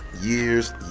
years